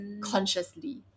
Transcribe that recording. consciously